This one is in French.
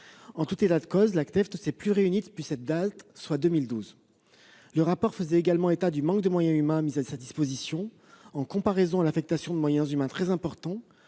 En tout état de cause, la CNEF ne s'est plus réunie depuis 2012. Le rapport faisait également état du manque de moyens humains mis à sa disposition, en comparaison de l'affectation de moyens humains très importants-